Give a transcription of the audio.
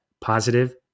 positive